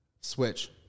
Switch